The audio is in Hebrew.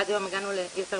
עד היום הגענו ליותר